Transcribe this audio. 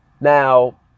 Now